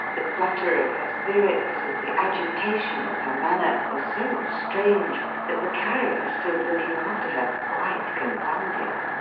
the flutter of her spirits, and the agitation of her manner, were so strange, that the carrier stood looking after her, quite confounded.